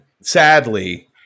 sadly